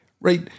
right